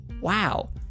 wow